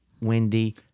Wendy